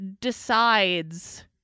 decides